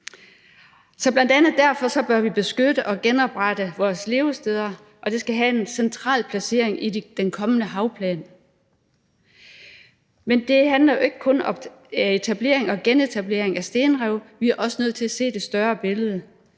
så bl.a. derfor bør vi beskytte og genoprette levestederne, og det skal have en central placering i den kommende havplan. Men det handler jo ikke kun om etablering og genetablering af stenrev; vi er også nødt til at se det større billede.